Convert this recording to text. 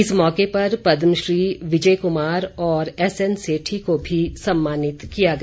इस मौके पर पदमश्री विजय कुमार और एसएन सेठी को भी सम्मानित किया गया